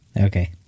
Okay